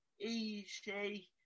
easy